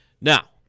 Now